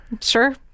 Sure